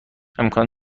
امکان